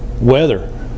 Weather